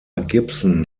gibson